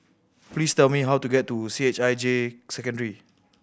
please tell me how to get to C H I J Secondary